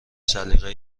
سلیقه